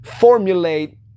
formulate